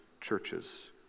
churches